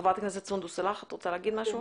חברת הכנסת סונדוס סאלח, את רוצה להגיד משהו?